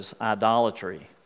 idolatry